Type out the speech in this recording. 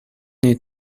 need